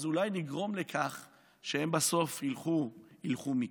אז אולי לגרום לכך שהם בסוף ילכו מכאן.